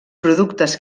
productes